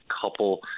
couple